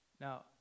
Now